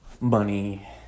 money